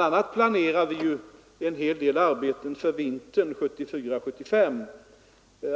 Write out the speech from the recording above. a. planerar vi en hel del arbeten för vintern 1974—1975.